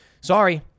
Sorry